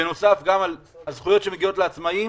בנוסף לזכויות המגיעות לעצמאים,